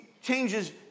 changes